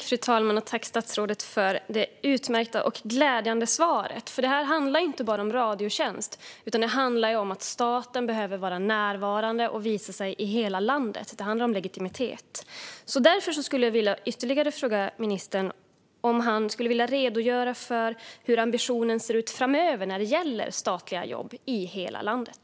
Fru talman! Tack, statsrådet, för det utmärkta och glädjande svaret! Det här handlar inte bara om Radiotjänst utan om att staten behöver vara närvarande och visa sig i hela landet. Det handlar om legitimitet. Därför skulle jag vilja fråga ministern om han skulle vilja redogöra för hur ambitionen ser ut framöver när det gäller statliga jobb i hela landet.